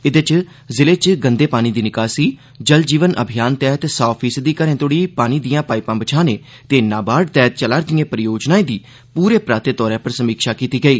एदे च ज़िले च गंदे पानी दी निकासी जल जीवन अभियान तैहत सौ फीसदी घरें तोड़ी पानी दियां पाईपां बिछाने ते नाबार्ड तैहत चला दियें परियोजनाएं दी पूरे पराते तौरे पर समीक्षा कीती गेई